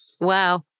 Wow